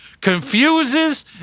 confuses